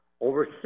over